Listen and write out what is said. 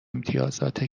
امتیازات